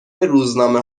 روزنامه